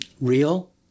real